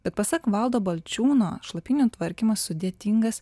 bet pasak valdo balčiūno šlapynių tvarkymas sudėtingas